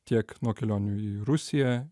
tiek nuo kelionių į rusiją